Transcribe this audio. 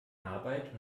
arbeit